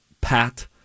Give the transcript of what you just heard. Pat